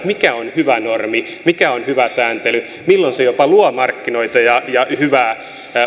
että mikä on hyvä normi mikä on hyvä sääntely milloin se jopa luo markkinoita ja ja hyvää